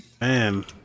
Man